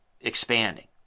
expanding